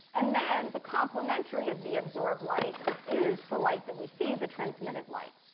and then, the complimentary of the absorb light is the light that we see, the transmitted light.